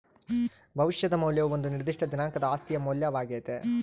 ಭವಿಷ್ಯದ ಮೌಲ್ಯವು ಒಂದು ನಿರ್ದಿಷ್ಟ ದಿನಾಂಕದ ಆಸ್ತಿಯ ಮೌಲ್ಯವಾಗ್ಯತೆ